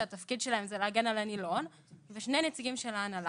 שהתפקיד שלהם הוא להגן על הנילון ושני נציגים של ההנהלה.